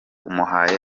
umuhaye